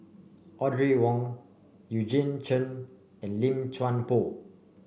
Audrey Wong Eugene Chen and Lim Chuan Poh